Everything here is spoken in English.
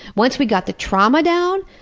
once we got the trauma down,